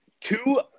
Two